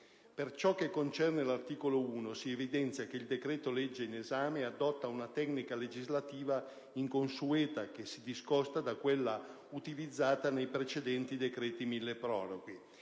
Per ciò che concerne l'articolo 1, si evidenzia che il decreto-legge in esame adotta una tecnica legislativa inconsueta, che si discosta da quella utilizzata nei precedenti decreti milleproroghe.